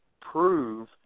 prove